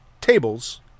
tables